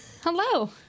Hello